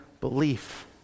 belief